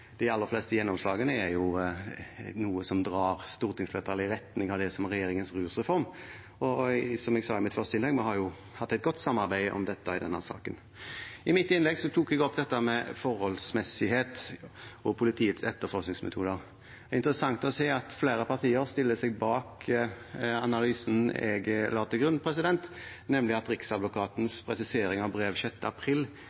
de aller fleste gjennomslagene er noe som drar stortingsflertallet i retning av det som er regjeringens rusreform. Som jeg sa i mitt første innlegg: Vi har jo hatt et godt samarbeid om dette i denne saken. I mitt innlegg tok jeg opp dette med forholdsmessighet og politiets etterforskningsmetoder. Det er interessant å se at flere partier stiller seg bak analysen jeg la til grunn, nemlig at